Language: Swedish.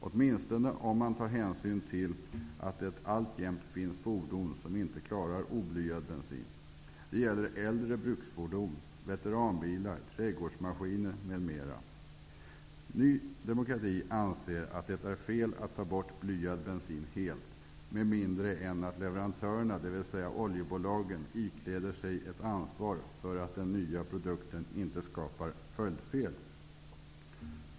Åtminstone om man tar hänsyn till att det alltjämt finns fordon som inte klarar oblyad bensin. Ny demokrati anser att det är fel att ta bort blyad bensin helt med mindre än att leverantörerna, dvs. oljebolagen, ikläder sig ett ansvar för att den nya produkten inte skapar följdfel.